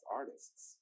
artists